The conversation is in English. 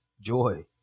joy